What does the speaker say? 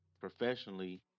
professionally